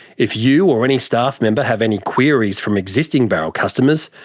if you or any staff member have any queries from existing barrel customers,